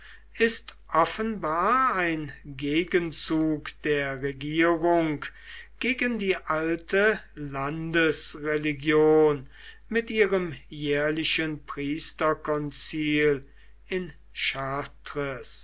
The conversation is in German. ist offenbar ein gegenzug der regierung gegen die alte landesreligion mit ihrem jährlichen priesterkonzil in